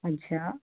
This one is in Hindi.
अच्छा